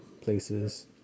places